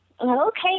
Okay